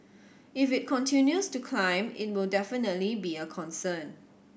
if it continues to climb it will definitely be a concern